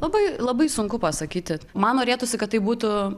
labai labai sunku pasakyti man norėtųsi kad tai būtų